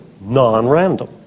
non-random